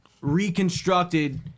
reconstructed